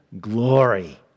glory